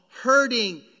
hurting